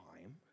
time